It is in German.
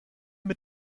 mit